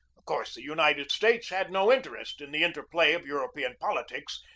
of course the united states had no interest in the interplay of european politics,